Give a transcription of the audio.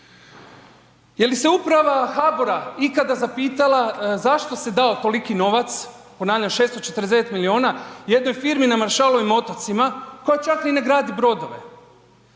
Je li se uprava HBOR-a ikada zapitala zašto se dao toliki novac, ponavljam, 649 milijuna jednoj firmi na Maršalovim otocima koje čak ni ne gradi brodove?